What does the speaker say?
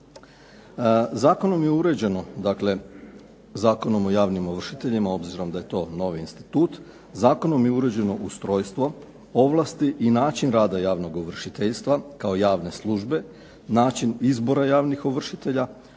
Zakonom je uređeno, dakle Zakonom o javnim ovršiteljima obzirom da je to novi institut. Zakonom je uređeno ustrojstvo, ovlasti i način rada javnog ovršiteljstva kao javne službe, način izbora javnih ovršitelja,